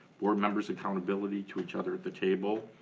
board members accountability to each other at the table,